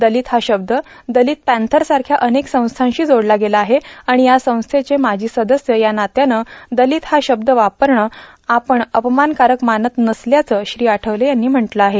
दलित हा शब्द दलित पँथरसारख्या अनेक संस्थांशी जोडला गेला आहे आणि या संस्थेचे माजी सदस्य या नात्यानं दलित हा शब्द वापरणं आपण अपमानकारक मानत नसल्याचं श्री आठवले यांनी म्हटलं आहे